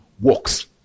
works